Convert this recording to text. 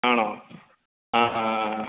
ആണോ ആ ഹാ